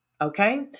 Okay